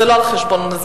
זה לא על חשבון זמנך,